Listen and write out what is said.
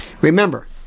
Remember